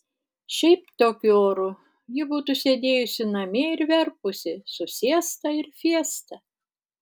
šiaip tokiu oru ji būtų sėdėjusi namie ir verpusi su siesta ir fiesta